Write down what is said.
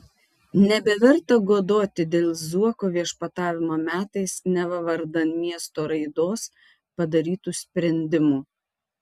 nebeverta godoti dėl zuoko viešpatavimo metais neva vardan miesto raidos padarytų sprendimų